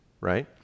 right